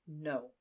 no